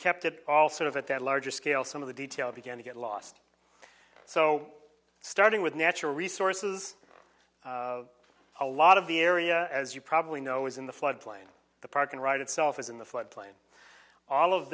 kept it all sort of at that larger scale some of the detail began to get lost so starting with natural resources a lot of the area as you probably know is in the floodplain the park and ride itself is in the floodplain all of